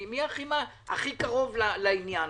מי הכי קרוב לעניין?